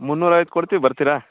ಮುನ್ನೂರು ಐವತ್ತು ಕೊಡ್ತಿವಿ ಬರ್ತಿರಾ